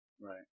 Right